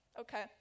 Okay